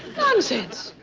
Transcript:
nonsense.